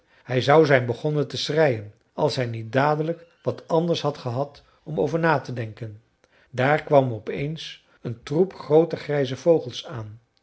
hij zou zijn begonnen te schreien als hij niet dadelijk wat anders had gehad om over te denken daar kwam op eens een troep groote grijze vogels aan